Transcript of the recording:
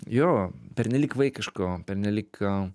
jo pernelyg vaikiško pernelyg